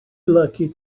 lucky